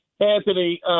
Anthony